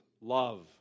love